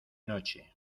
noche